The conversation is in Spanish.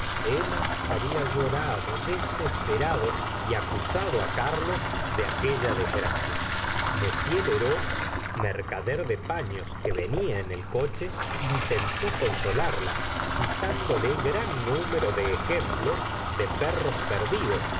emma había llorado desesperado y acusado carlos de aquella desgracia m lheureux merca gustavo plaubert der de paños que venia en el coche intentó consolarla citándole gran número de ejemplos de perros perdidos